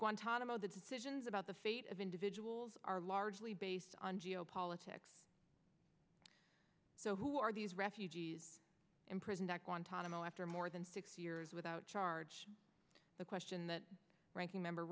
guantanamo the decisions about the fate of individuals are largely based on geopolitics so who are these refugees in prison at guantanamo after more than six years without charge the question the ranking member